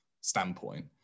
standpoint